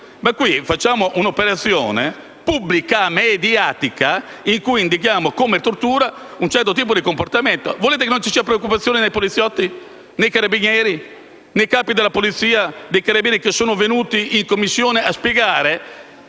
Ma qui facciamo un'operazione pubblico-mediatica in cui indichiamo come tortura un certo tipo di comportamento. Volete che non ci sia preoccupazione nei poliziotti, nei carabinieri, nei capi della Polizia e dei Carabinieri che sono venuti in Commissione a spiegare